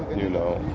you know,